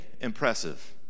impressive